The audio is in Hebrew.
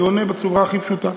אני עונה בצורה הכי פשוטה.